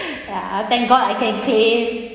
ya thank god I can claim